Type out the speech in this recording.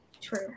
True